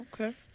okay